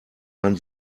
man